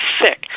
thick